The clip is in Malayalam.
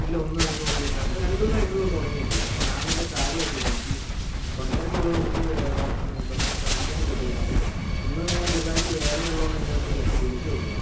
ഇല്ല ഒന്നും എടുത്ത് നോക്കിയിട്ടില്ല ഇപ്പോൾ രണ്ടു ദിവസമേയായിട്ടുളളൂ തുടങ്ങിയിട്ട് പക്ഷേ ഞാൻ വലിയ കാര്യമാക്കിയില്ല എനിക്ക് പണിത്തിരക്ക് ഉള്ളതുകൊണ്ട് എനിക്ക് ഡോക്ടർ ആ ഡോക്ടറിനെ കാണിക്കാനും പറ്റിയില്ല അപ്പം ഇന്ന് ഇങ്ങനെ ചെറുതായിട്ട് വേദന ഉള്ളകൊണ്ടാ ഞാനൊന്ന് ജസ്റ്റ് വിളിച്ച് നോക്കിയത്